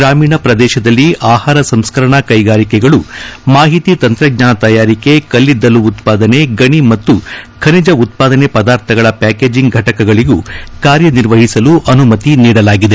ಗ್ರಾಮೀಣ ಪ್ರದೇಶದಲ್ಲಿ ಆಹಾರ ಸಂಸ್ಕರಣಾ ಕೈಗಾರಿಕೆಗಳು ಮಾಹಿತಿ ತಂತ್ರಜ್ಞಾನ ತಯಾರಿಕೆ ಕಲ್ಲಿದ್ದಲು ಉತ್ಪಾದನೆ ಗಣಿ ಹಾಗೂ ಖನಿಜ ಉತ್ಪಾದನೆ ಪದಾರ್ಥಗಳ ಪ್ಲಾಕೇಜಿಂಗ್ ಫಟಕಗಳಗೂ ಕಾರ್ಯನಿರ್ವಹಿಸಲು ಅನುಮತಿ ನೀಡಲಾಗಿದೆ